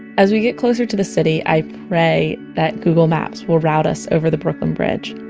as we get closer to the city, i pray that google maps will route us over the brooklyn bridge.